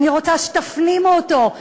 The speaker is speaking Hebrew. אני רוצה שתפנימו אותו,